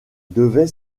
devait